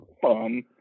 fun